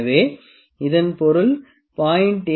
எனவே இதன் பொருள் 0